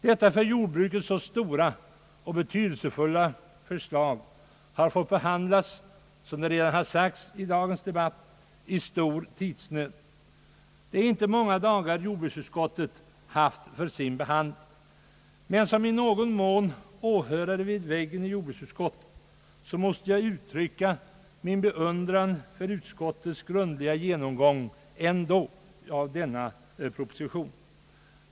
Detta för jordbruket så stora och betydelsefulla förslag har, som redan sagts, behandlats under stor tidsnöd. Det är inte många dagar jordbruksutskottet har haft för sin behandling, men som i någon mån åhörare vid väggen i jordbruksutskottet måste jag ändå uttrycka min beundran för utskottets grundliga genomgång av 'denna proposition.